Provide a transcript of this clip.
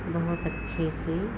बहुत अच्छे से